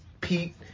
Pete